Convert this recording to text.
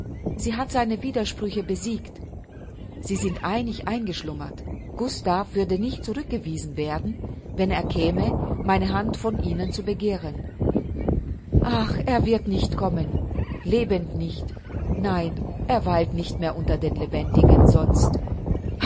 sie hat seine widersprüche besiegt sie sind einig entschlummert gustav würde nicht zurückgewiesen werden wenn er käme meine hand von ihnen zu begehren ach er wird nicht kommen lebend nicht nein er weilt nicht mehr unter den lebendigen sonst